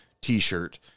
t-shirt